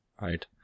right